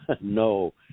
no